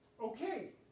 Okay